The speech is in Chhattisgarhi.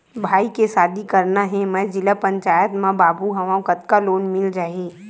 भाई के शादी करना हे मैं जिला पंचायत मा बाबू हाव कतका लोन मिल जाही?